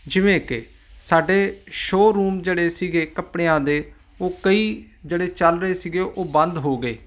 ਜਿਵੇਂ ਕਿ ਸਾਡੇ ਸ਼ੋ ਰੂਮ ਜਿਹੜੇ ਸੀਗੇ ਕੱਪੜਿਆਂ ਦੇ ਉਹ ਕਈ ਜਿਹੜੇ ਚੱਲ ਰਹੇ ਸੀਗੇ ਉਹ ਬੰਦ ਹੋ ਗਏ